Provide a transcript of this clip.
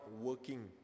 working